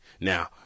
now